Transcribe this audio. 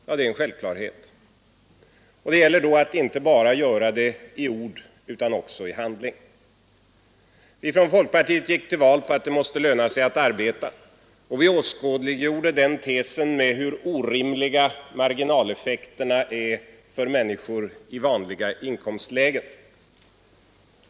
Detta är en självklarhet — men det gäller att fullfölja den inte bara i ord utan också i handling. Vi från folkpariet gick till val på parollen att det måste löna sig att arbeta, och vi åskådliggjorde den tesen med att visa hur orimliga marginaleffekterna är för människor i vanliga inkomstlägen.